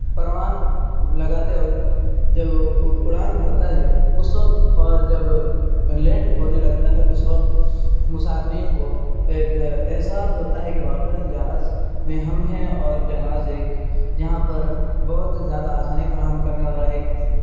پروان لگاتے وقت جب اڑان بھرتا ہے اس وقت اور جب لینڈ ہونے لگتا ہے اس وقت مسافرین کو ایک احساس ہوتا ہے کہ واقعتاً جہاز میں ہم ہیں اور جہاز ایک جہاں پر بہت زیادہ آسانی فراہم کرنے والا ایک